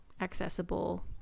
accessible